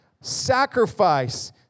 sacrifice